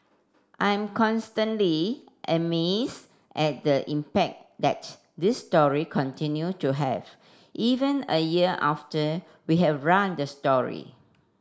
I'm constantly amazed at the impact that this story continue to have even a year after we have run the story